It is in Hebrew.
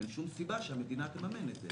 אין שום סיבה שהמדינה תממן את זה.